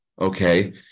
Okay